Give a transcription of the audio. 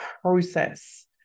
process